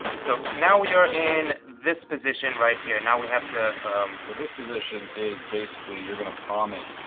so now we are in this position right here, now we have to to this position is basically, you're going to palm it,